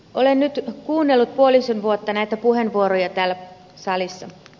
olen nyt kuunnellut puolisen vuotta näitä puheenvuoroja täällä salissa